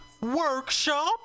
Workshop